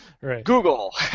Google